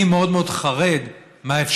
אני מאוד מאוד חרד מהאפשרות